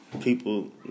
people